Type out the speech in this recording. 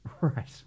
Right